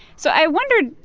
so i wondered,